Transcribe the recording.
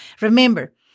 Remember